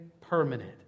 permanent